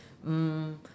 mm